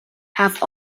have